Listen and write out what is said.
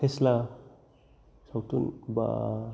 फेस्ला सावथुन बा